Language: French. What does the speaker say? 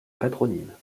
patronyme